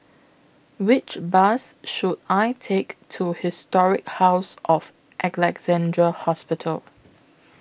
Which Bus should I Take to Historic House of Alexandra Hospital